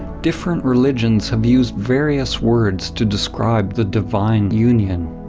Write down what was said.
different religions have used various words to describe the divine union.